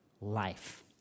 life